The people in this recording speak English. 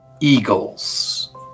eagles